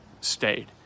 stayed